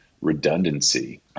redundancy